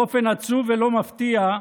באופן עצוב ולא מפתיע,